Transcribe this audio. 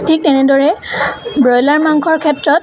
ঠিক তেনেদৰে ব্ৰয়লাৰ মাংসৰ ক্ষেত্ৰত